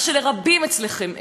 מה שלרבים אצלכם אין.